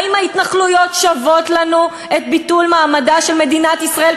האם ההתנחלויות שוות לנו את ביטול מעמדה של מדינת ישראל,